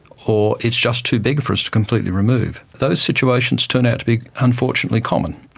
or it's just too big for us to completely remove. those situations turn out to be unfortunately common.